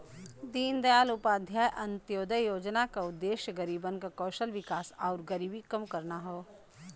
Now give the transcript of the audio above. दीनदयाल उपाध्याय अंत्योदय योजना क उद्देश्य गरीबन क कौशल विकास आउर गरीबी कम करना हौ